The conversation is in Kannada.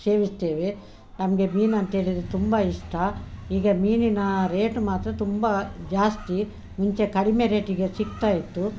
ಸೇವಿಸ್ತೇವೆ ನಮಗೆ ಮೀನು ಅಂತೇಳಿದರೆ ತುಂಬಾ ಇಷ್ಟ ಈಗ ಮೀನಿನ ರೇಟ್ ಮಾತ್ರ ತುಂಬಾ ಜಾಸ್ತಿ ಮುಂಚೆ ಕಡಿಮೆ ರೇಟಿಗೆ ಸಿಗ್ತಾ ಇತ್ತು